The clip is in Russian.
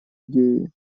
идеи